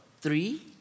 three